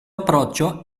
approccio